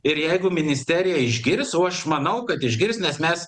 ir jeigu ministerija išgirs o aš manau kad išgirs nes mes